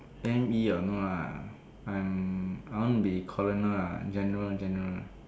M_E ah no lah I'm I I want be colonel lah general general